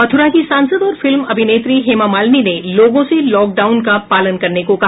मथुरा की सांसद और फिल्म अभिनेत्री हेमा मालिनी ने लोगों से लॉकडाउन का पालन करने को कहा